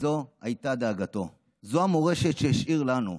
זו הייתה דאגתו, זו המורשת שהשאיר לנו,